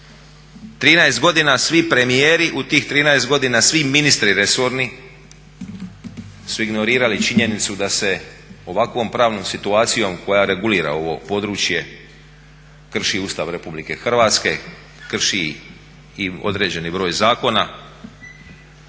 13 godina svi premijeri u tih 13 godina svi ministri resorni su ignorirali činjenicu da su ovakvom pravnom situacijom koja regulira ovo područje krši Ustav Republike Hrvatske, krši i određeni broj zakona